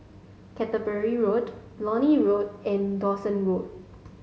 Canterbury Road Lornie Road and Dawson Road